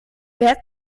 wer